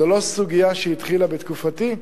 זו לא סוגיה שהתחילה בתקופתי,